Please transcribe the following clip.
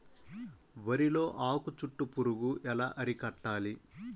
వరిలో ఆకు చుట్టూ పురుగు ఎలా అరికట్టాలి?